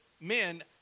men